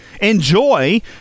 Enjoy